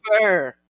sir